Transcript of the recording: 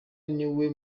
niwe